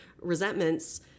resentments